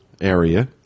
area